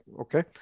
okay